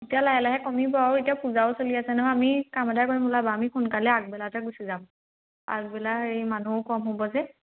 এতিয়া লাহে লাহে কমিব আৰু এতিয়া পূজাও চলি আছে নহয় আমি কাম এটা কৰিম ওলাবা আমি সোনকালে আগবেলাতে গুচি যাম আগবেলা হেৰি মানুহো কম হ'ব যে